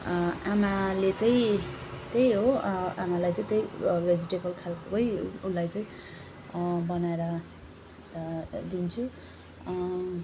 आमाले चाहिँ त्यै हो आमालाई चाहिँ त्यही भेजिटेबलखालकै उसलाई चाहिँ बनाएर त दिन्छु